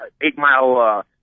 eight-mile